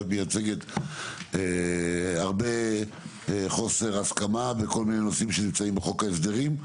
ואת מייצגת הרבה חוסר הסכמה בכל מיני נושאים שנמצאים בחוק ההסדרים,